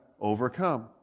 overcome